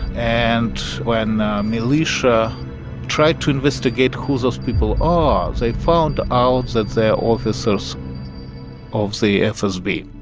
and when militia tried to investigate who those people are, they found out that they're officers of the fsb